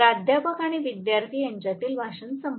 प्राध्यापक आणि विद्यार्थी यांच्यातील संभाषण संपले